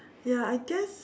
ya I guess